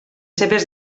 seves